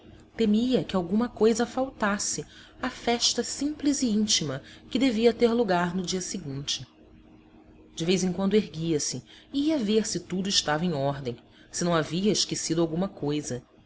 temia que alguma coisa faltasse à festa simples e íntima que devia ter lugar no dia seguinte de vez em quando erguia-se e ia ver se tudo estava em ordem se não havia esquecido alguma coisa